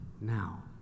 now